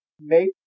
make